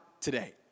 today